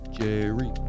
Jerry